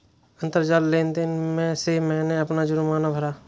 अंतरजाल लेन देन से मैंने अपना जुर्माना भरा